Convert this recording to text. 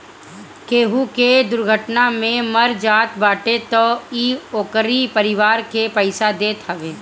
केहू के दुर्घटना में मर जात बाटे तअ इ ओकरी परिवार के पईसा देत हवे